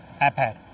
iPad